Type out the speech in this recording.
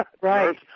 Right